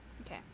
Okay